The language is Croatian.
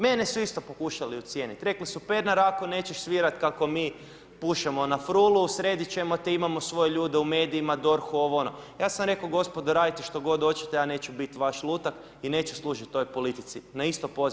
Mene su isto pokušali ucijenit, rekli su Pernar ako nećeš svirat kako mi pušemo na frulu, sredit ćemo te imamo svoje ljude u medijima, DORH-u ovo ono, ja sam rekao gospodo radite što god hoćete ja neću biti vaš lutak i neću služit ovoj politici, na isto pozivam i vas.